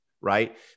right